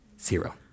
Zero